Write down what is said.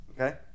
Okay